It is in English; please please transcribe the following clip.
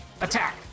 attack